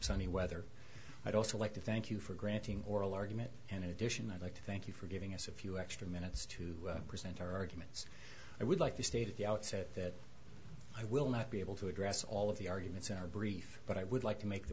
sunny weather i'd also like to thank you for granting oral argument and in addition i'd like to thank you for giving us a few extra minutes to present our arguments i would like to state at the outset that i will not be able to address all of the arguments in our brief but i would like to make the